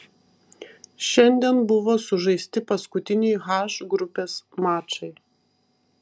šiandien buvo sužaisti paskutiniai h grupės mačai